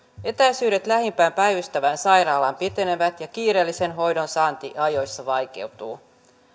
etäisyydet lähimpään päivystävään sairaalaan pitenevät ja kiireellisen hoidon saanti ajoissa vaikeutuu